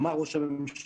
אמר ראש הממשלה,